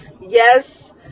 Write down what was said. yes